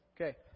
Okay